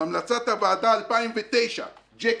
בהמלצת הוועדה מ-2009 ג'קי,